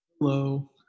Hello